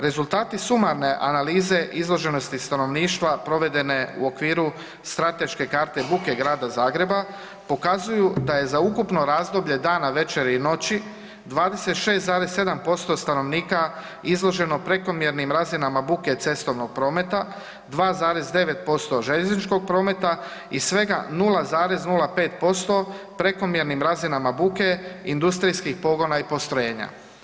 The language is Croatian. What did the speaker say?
Rezultati sumarne analize izloženosti stanovništva provedene u okviru strateške karte buke Grada Zagreba pokazuju da je za ukupno razdoblje dana, večera i noći 26,7% stanovnika izloženo prekomjernim razinama buke cestovnog prometa, 2,9% željezničkog prometa i svega 0,05% prekomjernim razinama buke industrijskih pogona i postrojenja.